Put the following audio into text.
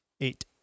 Eight